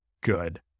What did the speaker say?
good